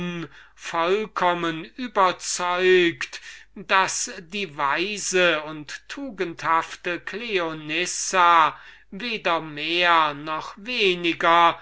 vollkommen überzeugt daß die weise und tugendhafte cleonissa weder mehr noch weniger